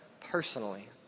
personally